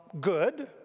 Good